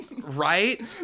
Right